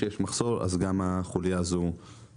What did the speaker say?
כשיש מחסור אז גם חולייה זו נפגעת.